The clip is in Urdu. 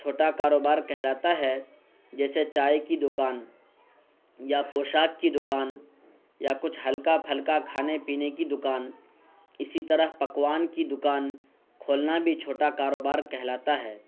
چھوٹا کاروبار کہلاتا ہے جیسے چائے کی دکان یا پوشاک کی دکان یا کچھ ہلکا پھلکا کھانے پینے کی دکان اسی طرح پکوان کی دکان کھولنا بھی چھوٹا کاروبار کہلاتا ہے